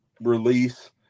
release